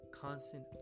constant